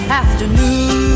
afternoon